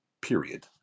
period